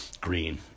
green